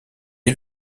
est